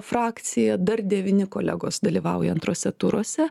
frakciją dar devyni kolegos dalyvauja antruose turuose